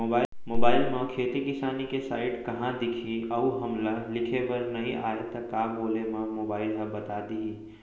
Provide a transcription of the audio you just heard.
Mobile म खेती किसानी के साइट कहाँ दिखही अऊ हमला लिखेबर नई आय त का बोले म मोबाइल ह बता दिही?